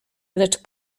lecz